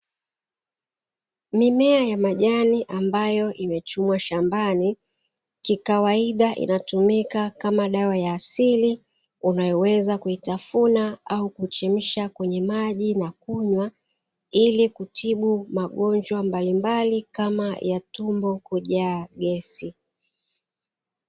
Mimea ya majani ambayo imechumwa shambani, kikawaida inatumika kama dawa ya asili unayoweza kuitafuna au kuichemsha kwenye maji na kunywa, ili kutibu magonjwa mbalimbali kama ya tumbo kujaa gesi.